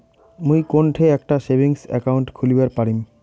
মুই কোনঠে একটা সেভিংস অ্যাকাউন্ট খুলিবার পারিম?